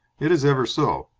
it is ever so.